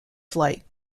flight